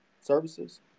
Services